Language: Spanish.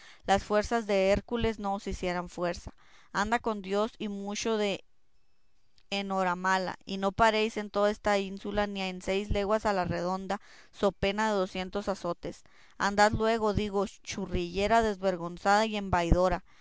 las fuerzas de hércules no os hicieran fuerza andad con dios y mucho de enhoramala y no paréis en toda esta ínsula ni en seis leguas a la redonda so pena de docientos azotes andad luego digo churrillera desvergonzada y embaidora